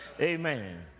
amen